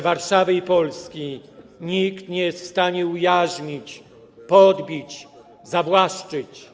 Warszawy i Polski nikt nie jest w stanie ujarzmić, podbić, zawłaszczyć.